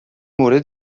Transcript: مورد